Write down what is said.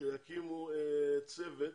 שיקימו צוות